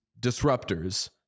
disruptors